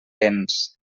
béns